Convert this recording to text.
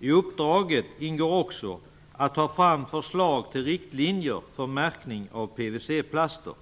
I uppdraget ingår också att ta fram förslag till riktlinjer för märkning av PVC-plaster.